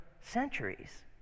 centuries